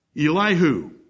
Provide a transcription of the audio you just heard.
Elihu